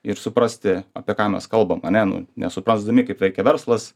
ir suprasti apie ką mes kalbam ane nu nesuprasdami kaip veikia verslas